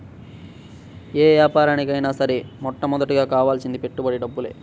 యే యాపారానికైనా సరే మొట్టమొదటగా కావాల్సింది పెట్టుబడి డబ్బులే